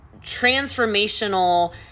transformational